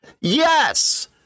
Yes